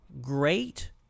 great